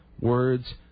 Words